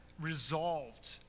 resolved